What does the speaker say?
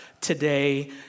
today